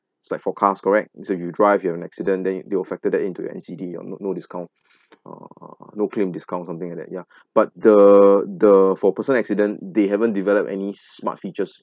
it's like forecast correct so you drive you have an accident then it that will factor that into your N_C_D your no no discount err no claim discount something like that ya but the the for personal accident they haven't developed any smart features